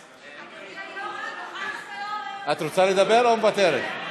אדוני היו"ר, נוכחת, את רוצה לדבר או מוותרת?